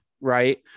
right